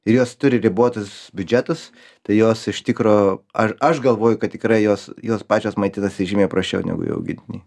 ir jos turi ribotus biudžetus tai jos iš tikro aš aš galvoju kad tikrai jos jos pačios maitinasi žymiai prasčiau negu jų augintiniai